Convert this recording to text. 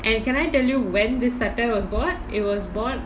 and can I tell you when this sattai was bought it was bought